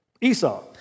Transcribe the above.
Esau